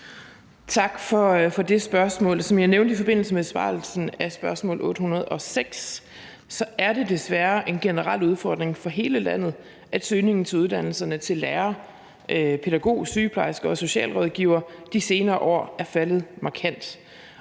Tak for det spørgsmål. Som jeg nævnte i forbindelse besvarelsen af spørgsmål nr. S 806, er det desværre en generel udfordring for hele landet, at søgningen til uddannelserne til lærer, pædagog, sygeplejerske og socialrådgiver de senere år er faldet markant.